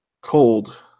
cold